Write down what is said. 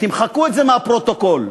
תמחקו את זה מהפרוטוקול.